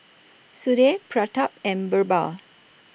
Sudhir Pratap and Birbal